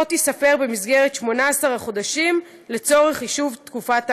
לא תיספר במסגרת 18 החודשים לצורך חישוב תקופת האכשרה,